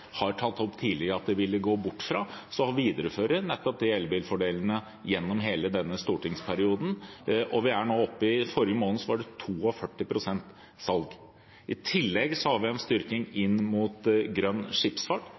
har tatt opp at de vil gå bort fra, viderefører vi nettopp elbilfordelene gjennom hele denne stortingsperioden. Forrige måned var det 42 pst. salg. I tillegg har vi en styrking av grønn skipsfart,